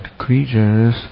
Creatures